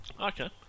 Okay